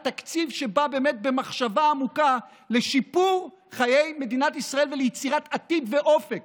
זה תקציב שבא במחשבה עמוקה לשיפור חיי מדינת ישראל וליצירת עתיד ואופק.